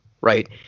right